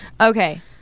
Okay